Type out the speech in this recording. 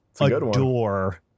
adore